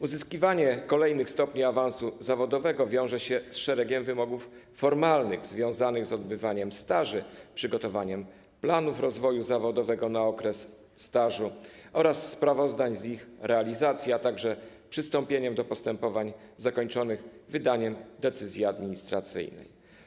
Uzyskiwanie kolejnych stopni awansu zawodowego wiąże się z szeregiem wymogów formalnych związanych z odbywaniem staży, z przygotowaniem planów rozwoju zawodowego na okres stażu oraz sprawozdań z ich realizacji, a także z przystąpieniem do postępowań zakończonych wydaniem decyzji administracyjnych.